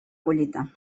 collita